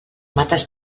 mates